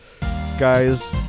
Guys